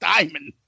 Diamond